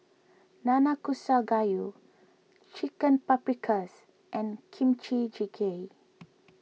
Nanakusa Gayu Chicken Paprikas and Kimchi Jjigae